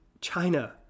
China